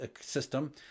system